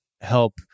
help